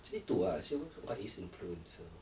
actually itu ah what is influencer